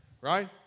Right